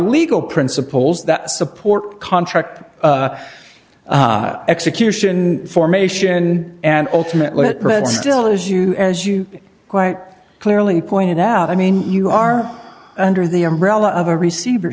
legal principles that support contract execution formation and ultimately it still is you as you quite clearly pointed out i mean you are under the umbrella of a